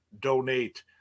donate